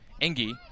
Engie